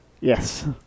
Yes